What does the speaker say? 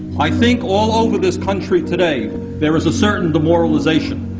i think all over this country today there is a certain demoralization,